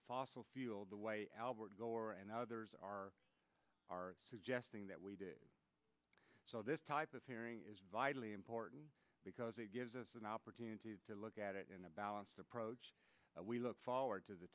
fossil fuels the way albert gore and others are are suggesting that we do so this type of hearing is vitally important because it gives us an opportunity to look at it in a balanced approach we look forward to the